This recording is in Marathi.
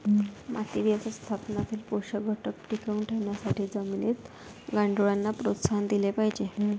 माती व्यवस्थापनातील पोषक घटक टिकवून ठेवण्यासाठी जमिनीत गांडुळांना प्रोत्साहन दिले पाहिजे